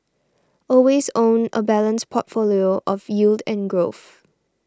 always own a balanced portfolio of yield and growth